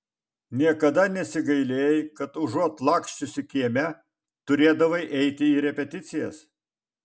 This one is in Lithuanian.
niekada nesigailėjai kad užuot laksčiusi kieme turėdavai eiti į repeticijas